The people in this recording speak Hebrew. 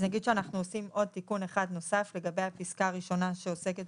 אז נגיד שאנחנו עושים עוד תיקון אחד נוסף לגבי הפסקה הראשונה שעוסקת